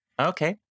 Okay